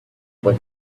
what